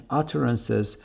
utterances